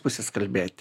pusės kalbėt